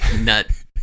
nut